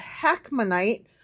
Hakmonite